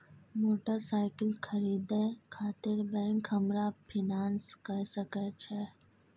Motorcycle खरीदे खातिर bank हमरा फिनांस कय सके छै?